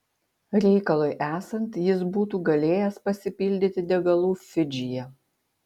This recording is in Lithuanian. reikalui esant jis būtų galėjęs pasipildyti degalų fidžyje